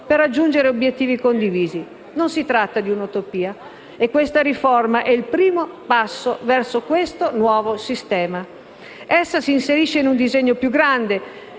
per raggiungere obiettivi condivisi. Non si tratta di una utopia. Questa riforma è il primo passo verso questo nuovo sistema. Essa si inserisce in un disegno più grande,